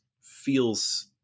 feels